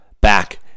back